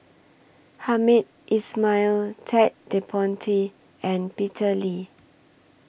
Hamed Ismail Ted De Ponti and Peter Lee